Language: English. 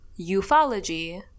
ufology